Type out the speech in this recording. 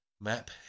Map